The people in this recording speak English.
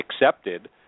accepted